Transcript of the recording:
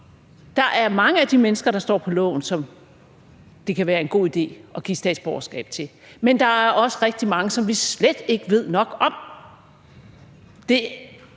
Der er mange af de mennesker, der står på lovforslaget, som det kan være en god idé at give statsborgerskab til, men der er også rigtig mange, som vi slet ikke ved nok om. Jeg